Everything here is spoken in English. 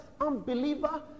unbeliever